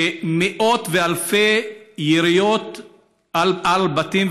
ומאות ואלפי יריות על בתים,